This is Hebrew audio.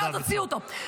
טוב מאוד, הוציאו אותו.